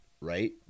right